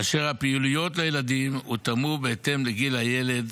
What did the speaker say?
כאשר הפעילויות לילדים הותאמו לגיל הילד